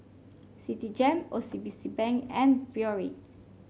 Citigem O C B C Bank and Biore